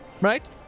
right